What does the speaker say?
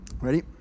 Ready